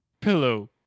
pillow